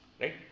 Right